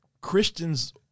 Christian's